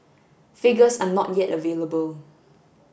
figures are not yet available